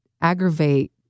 aggravate